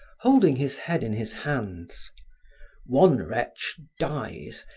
holding his head in his hands one wretch dies,